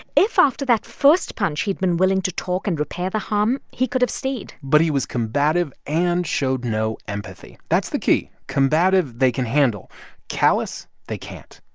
if after that first punch he'd been willing to talk and repair the harm, he could have stayed but he was combative and showed no empathy. that's the key. combative, they can handle callous, they can't.